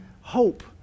hope